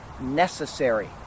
necessary